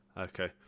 okay